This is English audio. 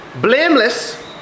blameless